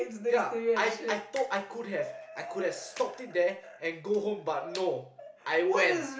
ya I I told I could have I could have stopped it there and go home but no I went